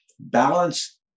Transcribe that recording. balance